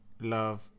love